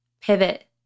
pivot